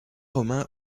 romain